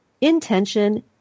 intention